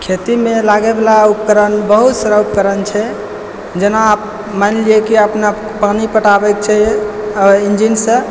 खेतीमे लागैवला उपकरण बहुत सारा उपकरण छै जेना मानि लिए कि अपनेके पानि पटाबैके छै इंजिन सँ